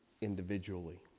individually